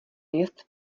jest